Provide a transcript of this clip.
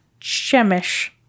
Chemish